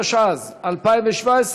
התשע"ז 2017,